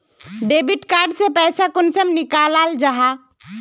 Debit card से पैसा कुंसम निकलाल जाहा?